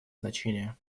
значение